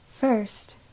First